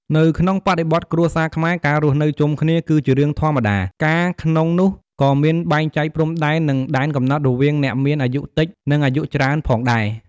នៅក្នុងបរិបទគ្រួសារខ្មែរ ការរស់នៅជុំគ្នាគឺជារឿងធម្មតា ការក្នុងនោះក៏មានបែងចែកព្រំដែននឹងដែនកំណត់រវាងអ្នកមានអាយុតិច និង អាយុច្រើនផងដែរ។